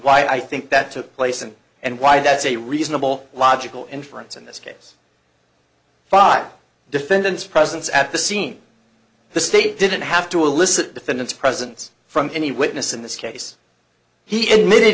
why i think that took place and and why that's a reasonable logical inference in this case five defendants presence at the scene the state didn't have to elicit defendant's presence from any witness in this case he admitted